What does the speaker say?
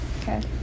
Okay